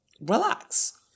relax